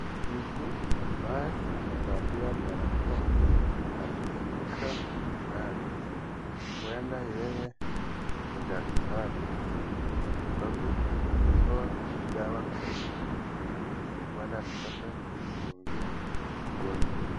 Mtu ambaye amevalia barakoa na kushika shindano. Huenda yeye ni daktari kwasababu anatoa dawa kwenye chupa huenda anataka kumdungia mgonjwa.